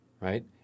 right